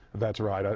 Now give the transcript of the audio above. that's right. ah